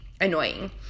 Annoying